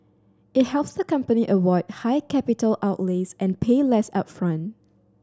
it helps the company avoid high capital outlays and pay less upfront